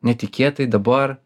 netikėtai dabar